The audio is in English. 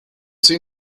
seen